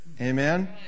amen